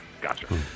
Gotcha